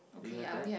do you have that